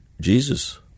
Jesus